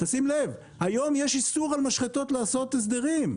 שים לב, היום יש איסור על משחטות לעשות הסדרים.